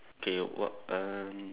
okay what um